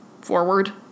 forward